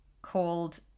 called